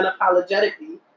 unapologetically